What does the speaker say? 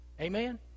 Amen